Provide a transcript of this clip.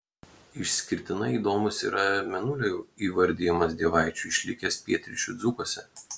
išskirtinai įdomus yra mėnulio įvardijimas dievaičiu išlikęs pietryčių dzūkuose